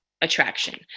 Attraction